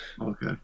Okay